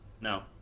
No